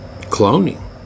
cloning